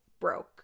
broke